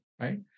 Right